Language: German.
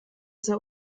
sehr